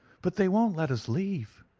but they won't let us leave,